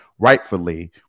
rightfully